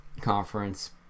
conference